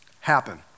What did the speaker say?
happen